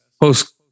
post